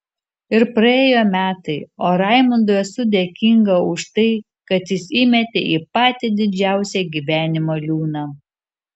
ir praėjo metai o raimundui esu dėkinga už tai kad jis įmetė į patį didžiausią gyvenimo liūną